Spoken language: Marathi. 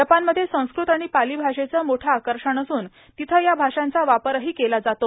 जपानमध्ये संस्कृत आणि पाली भाषेचं मोठं आकर्षण असून तिथं या भाषांचा वापरही केला जातो